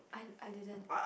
I I didn't